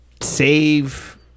save